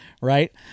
right